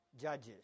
Judges